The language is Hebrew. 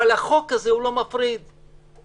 החוק הזה לא מפריד בין אף אחד באוכלוסייה.